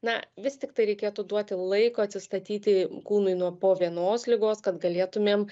na vis tik tai reikėtų duoti laiko atsistatyti kūnui nuo po vienos ligos kad galėtumėm